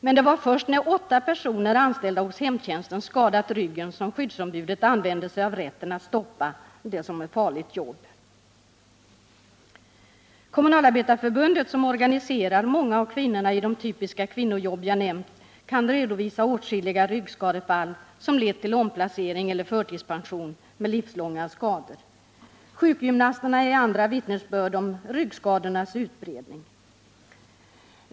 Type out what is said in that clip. Men det var först när åtta personer, som var anställda hos hemtjänsten, skadat ryggen som skyddsombudet använde sig av rätten att stoppa vakarbetet genom att beteckna det som ett farligt jobb. Kommunalarbetareförbundet, som organiserar många av kvinnorna i de typiska kvinnojobb jag nämnt, kan redovisa åtskilliga ryggskadefall som lett till omplacering eller förtidspension med livslånga skador. Sjukgymnasterna är andra som kan lämna vittnesbörd om ryggskadornas utbredning.